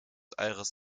aires